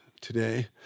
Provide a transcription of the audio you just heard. today